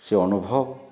ସେ ଅନୁଭବ